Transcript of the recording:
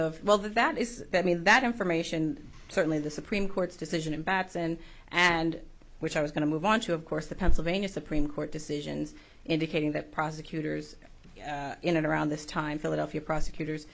of well that is that means that information certainly the supreme court's decision in batson and which i was going to move on to of course the pennsylvania supreme court decisions indicating that prosecutors in and around this time philadelphia prosecutors